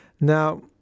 Now